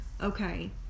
okay